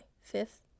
fifth